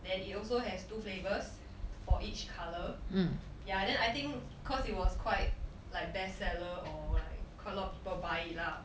then it also has two flavours for each colour ya then I think because it was quite like best seller or like quite a lot of people buy it lah